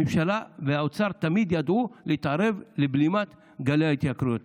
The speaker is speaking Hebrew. הממשלה והאוצר תמיד ידעו להתערב לבלימת גלי ההתייקרויות.